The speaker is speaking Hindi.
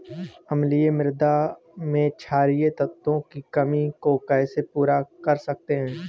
अम्लीय मृदा में क्षारीए तत्वों की कमी को कैसे पूरा कर सकते हैं?